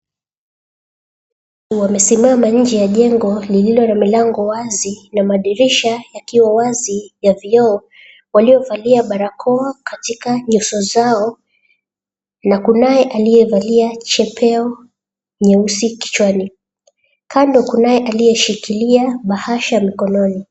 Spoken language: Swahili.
Wamesimama nje ya jengo lililo na milango wazi na madirisha yakiyo wazi ya vioo. Waliovalia barakoa katika nyuso zao na kunae aliyevalia chepeo nyeusi kichwani. Kando kunae alishikilia bahasha mkononi.